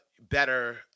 better